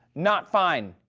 not fine!